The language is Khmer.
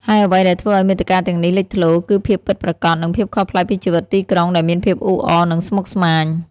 ហើយអ្វីដែលធ្វើឲ្យមាតិកាទាំងនេះលេចធ្លោ គឺភាពពិតប្រាកដ និង ភាពខុសប្លែកពីជីវិតទីក្រុងដែលមានភាពអ៊ូអរ និងស្មុគស្មាញ។